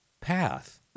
path